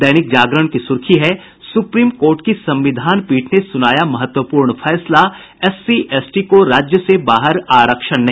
दैनिक जागरण की सुर्खी है सुप्रीम कोर्ट की संविधान पीठ ने सुनाया महत्वपूर्ण फैसला एससी एसटी को राज्य से बाहर आरक्षण नहीं